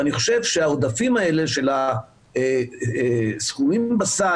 אני חושב שהעודפים האלה של הסכומים בסל